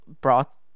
brought